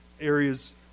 areas